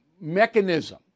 mechanism